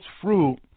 fruit